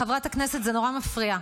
חברת הכנסת, זה נורא מפריע.